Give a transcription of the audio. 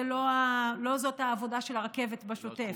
לא זו העבודה של הרכבת בשוטף.